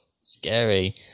scary